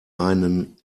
einen